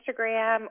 Instagram